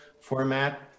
format